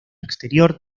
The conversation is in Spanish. exterior